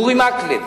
אורי מקלב,